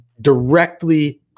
directly